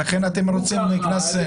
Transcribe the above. ולכן אתם רוצים קנס.